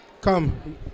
Come